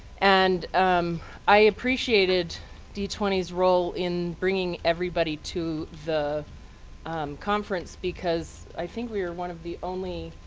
and um i appreciated d twenty s role in bringing everybody to the conference, because i think we were one of the only